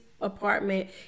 apartment